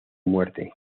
muerte